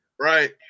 Right